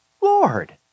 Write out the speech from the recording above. Lord